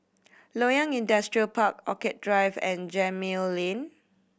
Loyang Industrial Park Orchid Drive and Gemmill Lane